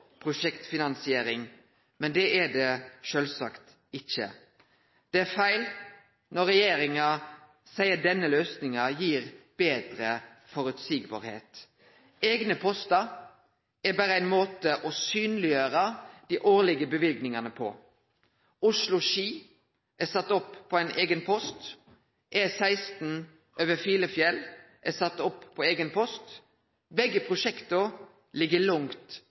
prosjektfinansiering. Men det er det sjølvsagt ikkje. Det er feil når regjeringa seier at denne løysinga er meir føreseieleg. Eigne postar er berre ein måte å synleggjere dei årlege løyvingane på. Strekninga Oslo–Ski er sett opp på ein eigen post. E16 over Filefjell er sett opp på ein eigen post. Begge prosjekta ligg langt